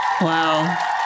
wow